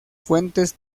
fuentes